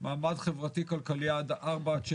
במעמד חברתי כלכלי 4-6,